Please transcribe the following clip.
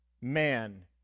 man